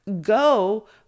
go